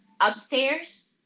upstairs